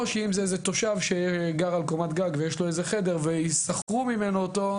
או שאם זה תושב שגר על קומת גג ויש לו איזה חדר ושכרו ממנו אותו,